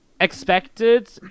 expected